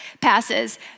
passes